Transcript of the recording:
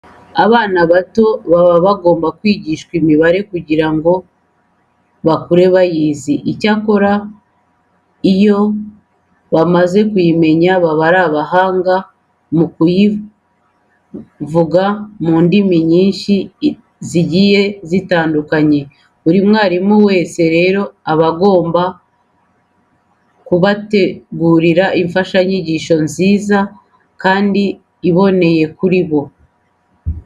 Abana bato baba bagomba kwigishwa imibare kugira ngo bakure bayizi. Icyakora iyo bamaze kuyimenya baba ari abahanga mu kuyivuga mu ndimi nyinshi zigiye zitandukanye. Buri mwarimu wese rero aba agomba kubategurira imfashanyigisho nziza kandi iboneye kuri bo.